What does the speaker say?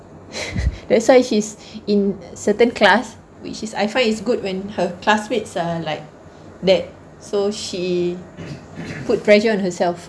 that's why she's in certain class which is I find it's good when her classmates are like that so she put pressure on herself